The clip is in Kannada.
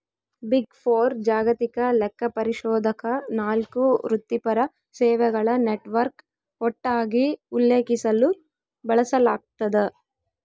ಬಿಗ್ ಫೋರ್ ಜಾಗತಿಕ ಲೆಕ್ಕಪರಿಶೋಧಕ ನಾಲ್ಕು ವೃತ್ತಿಪರ ಸೇವೆಗಳ ನೆಟ್ವರ್ಕ್ ಒಟ್ಟಾಗಿ ಉಲ್ಲೇಖಿಸಲು ಬಳಸಲಾಗ್ತದ